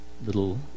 little